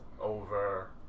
over